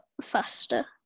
faster